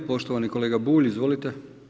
Poštovani kolega Bulj, izvolite.